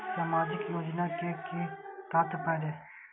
सामाजिक योजना के कि तात्पर्य?